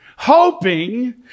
hoping